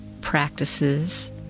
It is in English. practices